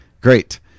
Great